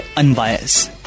unbiased